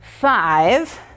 five